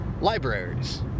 libraries